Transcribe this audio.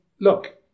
look